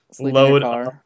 load